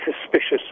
suspicious